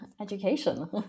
education